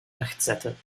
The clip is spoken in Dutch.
rechtzetten